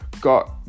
Got